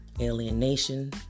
alienation